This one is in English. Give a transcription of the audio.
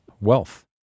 wealth